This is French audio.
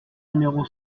numéro